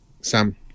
Sam